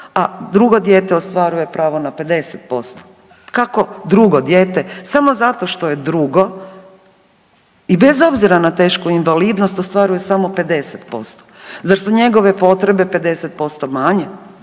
a drugo dijete ostvaruje pravo na 50%. Kako drugo dijete, samo zato što je drugo i bez obzira na tešku invalidnost ostvaruje samo 50%? Zar su njegove potrebe 50% manje?